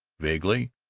vaguely,